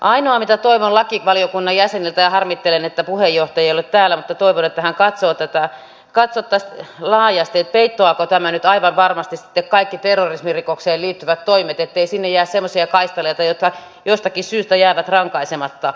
ainoa mitä toivon lakivaliokunnan jäseniltä ja harmittelen että puheenjohtaja ei ole täällä mutta toivon että hän katsoo tätä on että katsottaisiin laajasti peittoaako tämä nyt aivan varmasti sitten kaikki terrorismirikokseen liittyvät toimet niin ettei sinne jää semmoisia kaistaleita jotka jostakin syystä jäävät rankaisematta